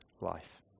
life